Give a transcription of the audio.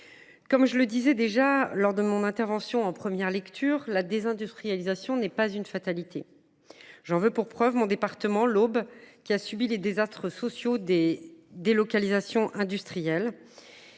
Comme je le disais lors de mon intervention en première lecture, la désindustrialisation n’est pas une fatalité. J’en veux pour preuve mon département, l’Aube, qui a subi les désastres sociaux dus aux délocalisations industrielles,